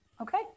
okay